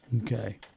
Okay